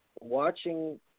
Watching